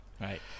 Right